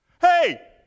Hey